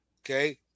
Okay